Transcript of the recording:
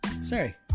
Sorry